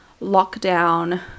lockdown